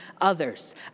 others